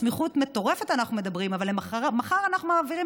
בסמיכות מטורפת אנחנו מדברים אבל מחר אנחנו מעבירים